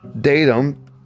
datum